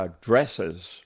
dresses